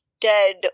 dead